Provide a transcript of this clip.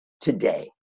today